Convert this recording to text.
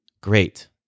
great